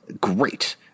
Great